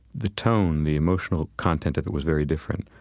the tone, the emotional content of it was very different,